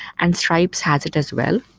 and stripe has it as well,